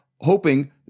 hoping